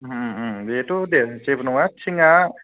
बेथ' दे जेबो नङा टिङा